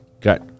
got